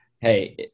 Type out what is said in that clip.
hey